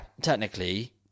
technically